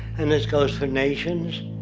and this goes for nations,